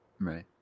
Right